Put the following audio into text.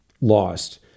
lost